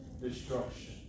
destruction